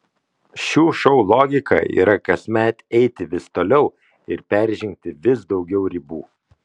šių šou logika yra kasmet eiti vis toliau ir peržengti vis daugiau ribų